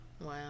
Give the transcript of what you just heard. Wow